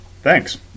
thanks